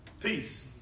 peace